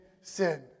sin